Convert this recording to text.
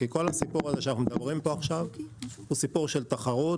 כי כל הסיפור הזה שאנחנו מדברים פה עכשיו הוא סיפור של תחרות